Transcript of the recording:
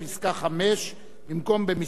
במקום "במשרד" צריך להיות "במערכת".